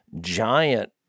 giant